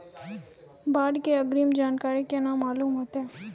बाढ़ के अग्रिम जानकारी केना मालूम होइतै?